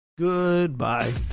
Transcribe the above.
Goodbye